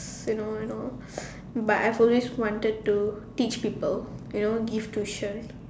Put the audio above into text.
you know you know but I've always wanted to teach people you know give tuition